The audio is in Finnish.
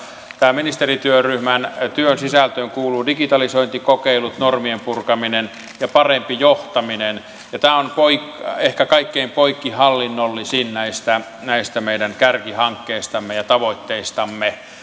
tämän ministerityöryhmän työn sisältöön kuuluvat digitalisointikokeilut normien purkaminen ja parempi johtaminen ja tämä on ehkä kaikkein poikkihallinnollisin näistä näistä meidän kärkihankkeistamme ja tavoitteistamme